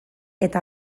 eta